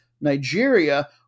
Nigeria